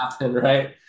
Right